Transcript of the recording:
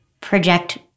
project